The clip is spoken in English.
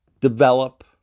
develop